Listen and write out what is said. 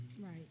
Right